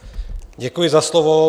Děkuji za slovo.